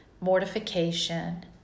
mortification